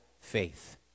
faith